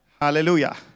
Hallelujah